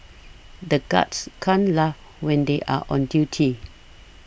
the guards can't laugh when they are on duty